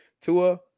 Tua